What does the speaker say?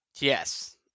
Yes